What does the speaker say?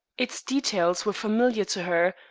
its details were familiar to her,